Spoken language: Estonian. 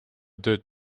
tööd